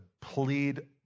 plead